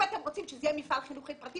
אם רוצים שזה יהיה מפעל חינוכי פרטי,